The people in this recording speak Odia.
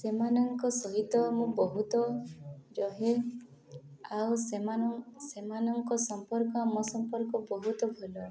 ସେମାନଙ୍କ ସହିତ ମୁଁ ବହୁତ ରହେ ଆଉ ସେମାନ ସେମାନଙ୍କ ସମ୍ପର୍କ ମୋ ସମ୍ପର୍କ ବହୁତ ଭଲ